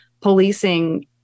policing